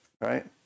right